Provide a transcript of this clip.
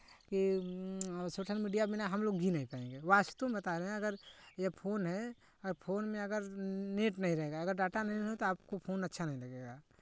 कि social media बिना हम लोग जी नहीं पाएँगे वास्तव में बता रहे हैं अगर यह फोन है अगर फोन में अगर नेट नहीं रहेगा अगर डाटा नहीं रहेगा तो आपको फोन अच्छा नहीं लगेगा